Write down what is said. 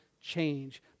change